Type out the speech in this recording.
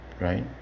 right